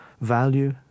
value